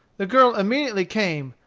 the girl immediately came,